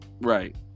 Right